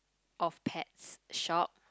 of pets shop